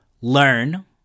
learn